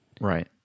Right